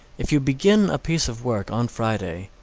if you begin a piece of work on friday,